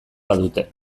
badute